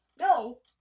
No